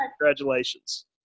Congratulations